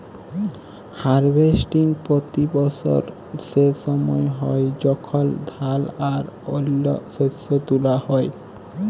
harvesting পতি বসর সে সময় হ্যয় যখল ধাল বা অল্য শস্য তুলা হ্যয়